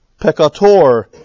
peccator